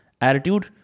attitude